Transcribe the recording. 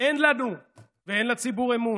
אין לנו ואין לציבור אמון.